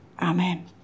Amen